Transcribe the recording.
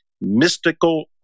mystical